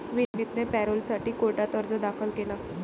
विनीतने पॅरोलसाठी कोर्टात अर्ज दाखल केला